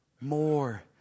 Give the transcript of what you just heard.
more